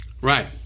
Right